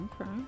Okay